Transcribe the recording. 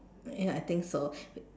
ya I think so